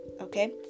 okay